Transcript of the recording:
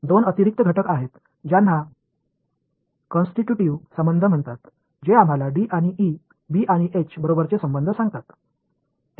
दोन अतिरिक्त घटक आहेत ज्यांना कँस्टीटूटीव्ह संबंध म्हणतात जे आपल्याला डी आणि ई बी आणि एच बरोबरचे संबंध सांगतात